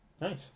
nice